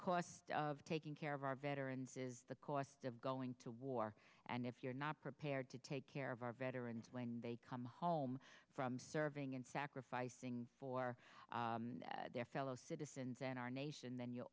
cost of taking care of our veterans is the cost of going to war and if you're not prepared to take care of our veterans when they come home from serving and sacrifice for their fellow citizens in our nation then you